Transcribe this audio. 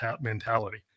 mentality